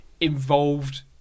involved